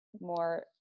more